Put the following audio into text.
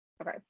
Okay